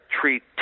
treat